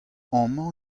amañ